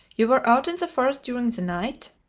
you were out in the forest during the night?